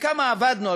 וכמה עבדנו,